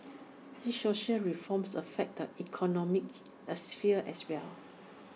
these social reforms affect economic as sphere as well